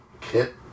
Kit